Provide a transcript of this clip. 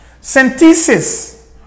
Synthesis